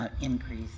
Increase